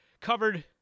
covered